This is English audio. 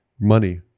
money